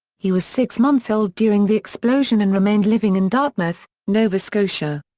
he was six months old during the explosion and remained living in dartmouth, nova scotia.